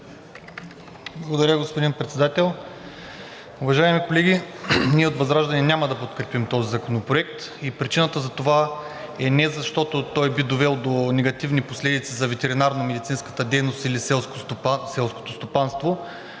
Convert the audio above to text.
Благодаря, господин Председател.